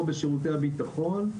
או בשירותי הביטחון,